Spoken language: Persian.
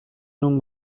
نون